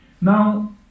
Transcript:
now